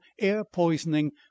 air-poisoning